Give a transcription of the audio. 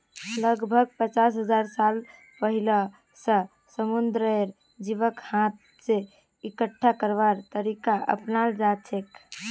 लगभग पचास हजार साल पहिलअ स समुंदरेर जीवक हाथ स इकट्ठा करवार तरीका अपनाल जाछेक